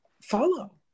follow